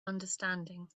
understanding